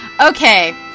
Okay